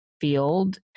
field